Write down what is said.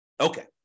Okay